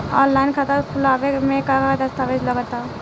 Online खाता खूलावे म का का दस्तावेज लगा ता?